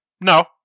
no